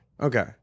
Okay